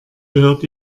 gehört